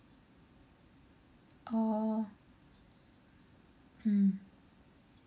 orh mm